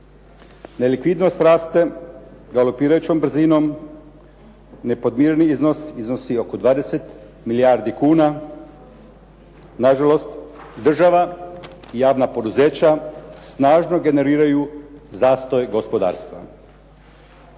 Nelikvidnost raste galopirajućom brzinom, nepodmireni iznos iznosi oko 20 milijardi kuna. Na žalost država i javna poduzeća snažno generiraju zastoj gospodarstva.